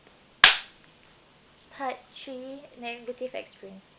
part three negative experience